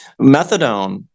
methadone